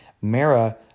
Mara